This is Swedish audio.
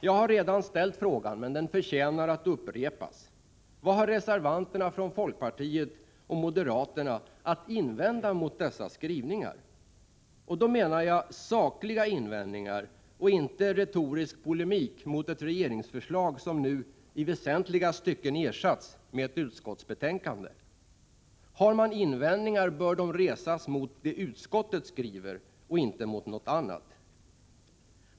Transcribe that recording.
Jag har redan ställt frågan, men den förtjänar att upprepas: Vad har reservanterna från folkpartiet och moderaterna att invända mot dessa skrivningar? Då menar jag sakliga invändningar och inte retorisk polemik mot ett regeringsförslag som nu i väsentliga stycken ersatts med ett utskottsbetänkande. Har man invändningar, bör dessa resas mot det utskottet skriver och inte mot någonting annat.